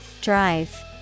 Drive